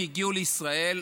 הם הגיעו לישראל,